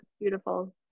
beautiful